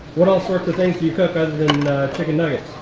what all sorts of things do you cook other than chicken nuggets?